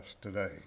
today